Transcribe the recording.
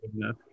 enough